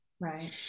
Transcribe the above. Right